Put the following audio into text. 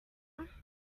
tom